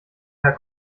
herr